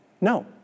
no